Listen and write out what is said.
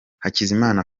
hakizimana